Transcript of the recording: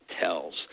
tells